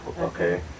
Okay